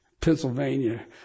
Pennsylvania